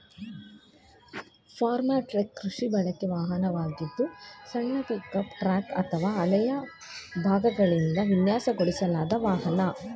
form truck ಕೃಷಿ ಬಳಕೆ ವಾಹನವಾಗಿದ್ದು ಸಣ್ಣ ಪಿಕಪ್ ಟ್ರಕ್ ಅಥವಾ ಹಳೆಯ ಭಾಗಗಳಿಂದ ವಿನ್ಯಾಸಗೊಳಿಸಲಾದ ವಾಹನ